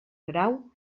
grau